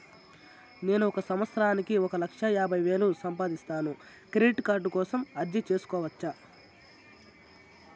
నేను ఒక సంవత్సరానికి ఒక లక్ష యాభై వేలు సంపాదిస్తాను, క్రెడిట్ కార్డు కోసం అర్జీ సేసుకోవచ్చా?